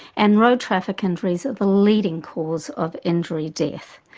and road traffic injuries are the leading cause of injury death,